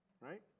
Right